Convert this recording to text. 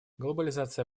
глобализация